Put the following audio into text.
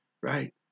right